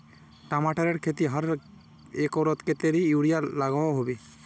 टमाटरेर खेतीत हर एकड़ोत कतेरी यूरिया लागोहो होबे?